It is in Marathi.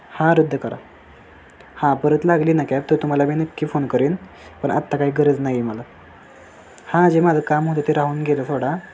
हा रद्द करा हां परत लागली ना कॅब तर तुम्हाला मी नक्की फोन करीन पण आत्ता काही गरज नाही आहे मला हां जे माझं काम होतं ते राहून गेलं थोडा